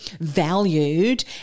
valued